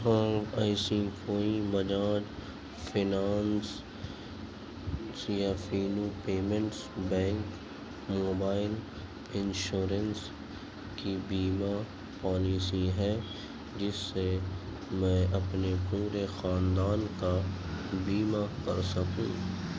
کیا ایسی کوئی بجاج فنانس یا Fino payments bank mobile insurance کی بیمہ پالیسی ہے جس سے میں اپنے پورے خاندان کا بیمہ کر سکوں